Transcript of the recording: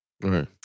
Right